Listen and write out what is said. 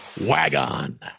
Wagon